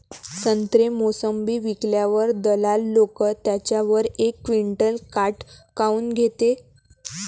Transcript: संत्रे, मोसंबी विकल्यावर दलाल लोकं त्याच्यावर एक क्विंटल काट काऊन घेते?